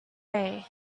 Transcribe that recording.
day